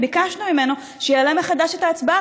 וביקשנו ממנו שיעלה מחדש את ההצבעה.